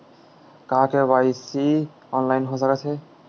का KYC online हो सकथे?